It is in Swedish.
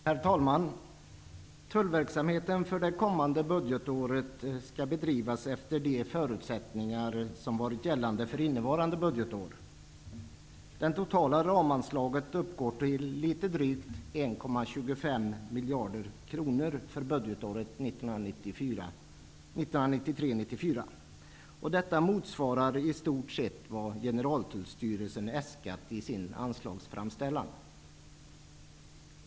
Herr talman! Tullverksamheten för det kommande budgetåret skall bedrivas efter de förutsättningar som varit gällande för innevarande budgetår. Det totala ramanslaget uppgår till litet drygt 1,25 miljarder kronor för budgetåret 1993/94. Detta motsvarar i stort sett vad Generaltullstyrelsen äskat i sin anslagsframställan.